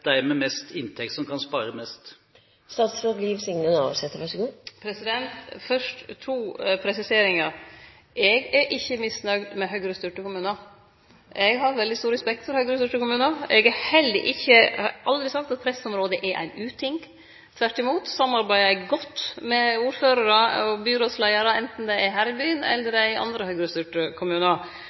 med størst inntekt som kan spare mest? Fyrst to presiseringar: Eg er ikkje misnøgd med Høgre-styrte kommunar. Eg har veldig stor respekt for Høgre-styrte kommunar. Eg har heller aldri sagt at pressområde er ein uting, tvert om samarbeider eg godt med ordførarar og byrådsleiarar, anten det er her i byen eller i andre Høgre-styrte kommunar.